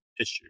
issue